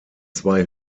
zwei